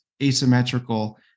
asymmetrical